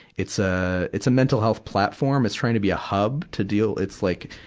it's a, it's a mental health platform. it's trying to be a hub to deal it's like,